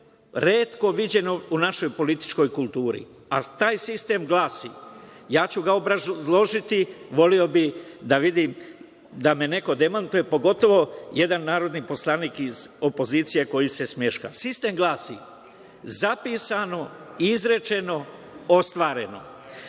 retko viđenom u našoj političkoj kulturi, a taj sistem glasi, ja ću ga obrazložiti, voleo bih da me neko demantuje, pogotovo jedan narodni poslanik iz opozicije koji se smeška. Sistem glasi – zapisano, izrečeno, ostvareno.